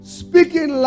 speaking